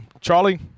Charlie